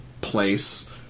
place-